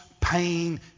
pain